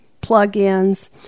plug-ins